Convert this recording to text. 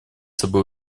собой